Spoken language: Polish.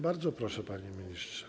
Bardzo proszę, panie ministrze.